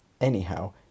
anyhow